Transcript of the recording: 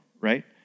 Right